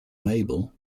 mabel